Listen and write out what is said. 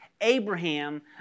Abraham